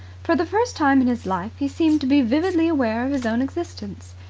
for the first time in his life he seemed to be vividly aware of his own existence.